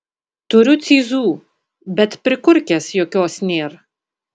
turiu cyzų bet prikurkės jokios nėr